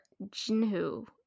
Jinhu